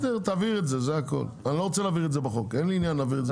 בסדר תבהיר את זה, אין לי ענין להעביר את זה בחוק.